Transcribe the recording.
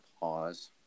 pause